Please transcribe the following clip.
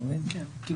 אנחנו